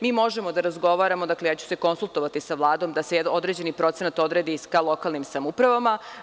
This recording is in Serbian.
Mi možemo da razgovaramo, dakle, ja ću se konsultovati sa Vladom da se određeni procenat odredi ka lokalnim samoupravama.